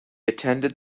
attended